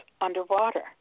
underwater